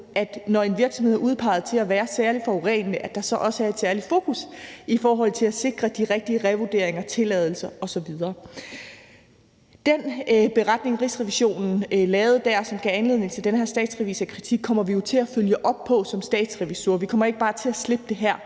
når en virksomhed er udpeget til at være særligt forurenende, så også er et særligt fokus i forhold til at sikre de rigtige revurderinger, tilladelser osv. Den beretning, Rigsrevisionen lavede der, og som gav anledning til den her statsrevisorkritik, kommer vi jo til at følge op på som statsrevisorer. Vi kommer ikke bare til at slippe det her.